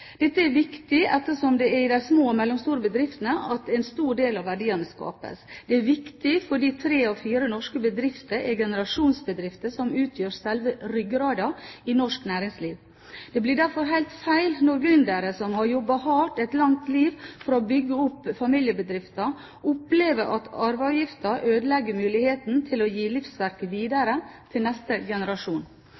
Dette er viktig, ettersom det er i de små og mellomstore bedriftene at en stor del av verdiene skapes. Det er viktig fordi tre av fire norske bedrifter er generasjonsbedrifter som utgjør selve ryggraden i norsk næringsliv. Det blir derfor helt feil når gründere som har jobbet hardt et langt liv for å bygge opp familiebedriften, opplever at arveavgiften ødelegger muligheten til å gi livsverket